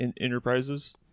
Enterprises